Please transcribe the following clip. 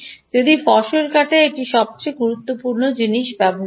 যদি ফসল কাটা এটি সবচেয়ে গুরুত্বপূর্ণ জিনিস ব্যবহৃত হয়